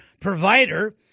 provider